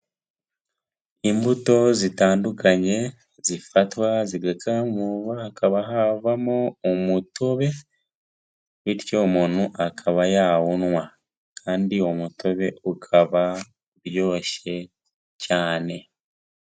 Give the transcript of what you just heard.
Imbuto zitandukanye zifatwa zigakamurwa hakaba havamo umutobe bityo umuntu akaba yawunywa kandi umutobe ukaba uryoshye cyane.